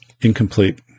Incomplete